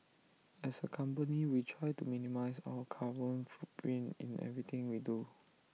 as A company we try to minimise our carbon footprint in everything we do